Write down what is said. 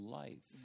life